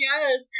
Yes